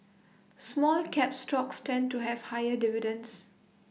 small cap stocks tend to have higher dividends